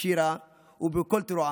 בשירה ובקול תרועה.